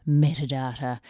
metadata